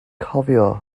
cofia